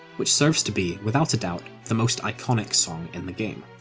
which serves to be, without a doubt, the most iconic song in the game.